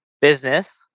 business